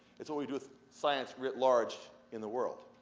it's what we do with science writ large in the world,